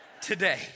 today